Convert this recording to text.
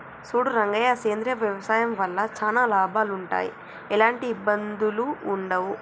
సూడు రంగయ్య సేంద్రియ వ్యవసాయం వల్ల చానా లాభాలు వుంటయ్, ఎలాంటి ఇబ్బందులూ వుండయి